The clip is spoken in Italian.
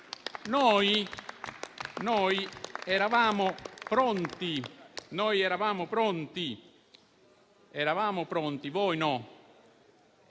Noi eravamo pronti - voi no